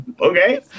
Okay